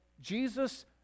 Jesus